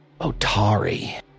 Otari